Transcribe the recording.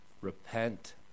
Repent